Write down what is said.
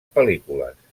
pel·lícules